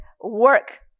work